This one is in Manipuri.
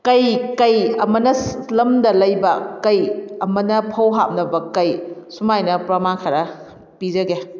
ꯀꯩ ꯀꯩ ꯑꯃꯅ ꯂꯝꯗ ꯂꯩꯕ ꯀꯩ ꯑꯃꯅ ꯐꯧ ꯍꯥꯞꯅꯕ ꯀꯩ ꯁꯨꯃꯥꯏꯅ ꯄ꯭ꯔꯃꯥꯟ ꯈꯔ ꯄꯤꯖꯒꯦ